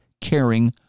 caring